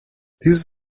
dies